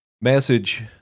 message